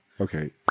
Okay